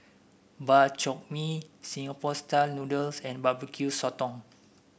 Bak Chor Mee Singapore style noodles and Barbecue Sotong